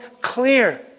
clear